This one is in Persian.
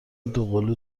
دوقلو